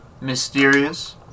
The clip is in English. mysterious